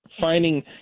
finding